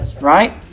right